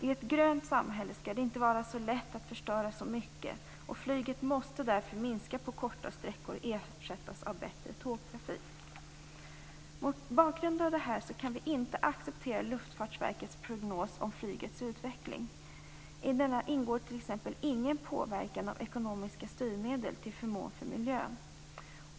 I ett grönt samhälle skall det inte vara så lätt att förstöra så mycket. Flyget måste därför minska på korta sträckor och ersättas av bättre tågtrafik. Mot bakgrund av detta kan vi inte acceptera Luftfartsverkets prognos om flygets utveckling. I denna ingår t.ex. ingen påverkan av ekonomiska styrmedel till förmån för miljön.